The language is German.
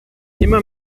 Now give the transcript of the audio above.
immer